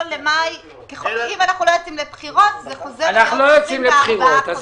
אנחנו לא יוצאים לבחירות אז זה פוקע.